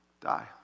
die